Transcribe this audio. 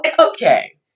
Okay